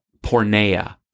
porneia